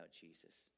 Jesus